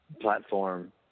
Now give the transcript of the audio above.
platform